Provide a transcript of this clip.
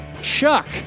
Chuck